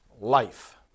life